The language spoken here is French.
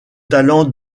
talent